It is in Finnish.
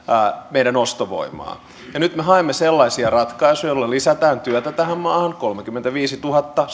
meidän ostovoimaa nyt me haemme sellaisia ratkaisuja joilla lisätään työtä tähän maahan kolmekymmentäviisituhatta